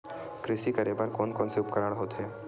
कृषि करेबर कोन कौन से उपकरण होथे?